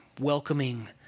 welcoming